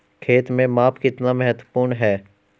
खेत में माप कितना महत्वपूर्ण है?